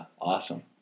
awesome